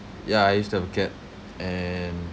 ya I used to have a cat and